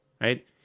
right